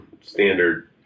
standard